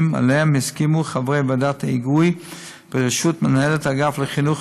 שעליהם הסכימו חברי ועדת היגוי בראשות מנהלת האגף לחינוך